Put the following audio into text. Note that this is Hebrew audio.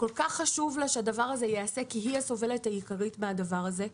וכל כך חשוב לה שהדבר הזה ייעשה כי היא הסובלת העיקרית מהדבר הזה.